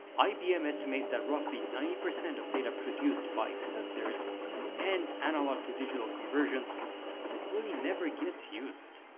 ibm estimates that roughly ninety percent of data produced by sensors and analog-to digital conversions really never gets used.